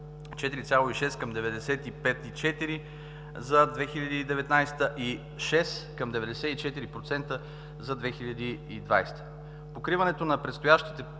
4,6% към 95,4% – за 2019 г., и 6,0% към 94,5% за 2020 г. Покриването на предстоящите